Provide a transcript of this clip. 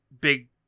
big